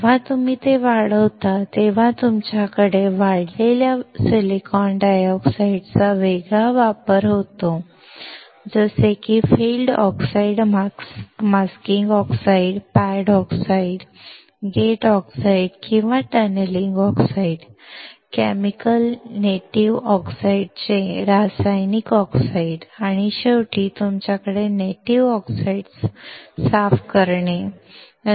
जेव्हा तुम्ही ते वाढवता तेव्हा तुमच्याकडे वाढलेल्या सिलिकॉन डायऑक्साइड चा वेगवेगळा वापर होतो जसे की field oxide masking oxide pad oxide gate oxide किंवा टनेलिंग ऑक्साइड केमिकल नेटिव्ह ऑक्साइडचे रासायनिक ऑक्साईड आणि शेवटी तुमच्याकडे नेटिव्ह ऑक्साईड्स साफ करणे